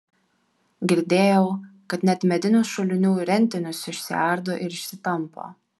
girdėjau kad net medinius šulinių rentinius išsiardo ir išsitampo